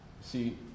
See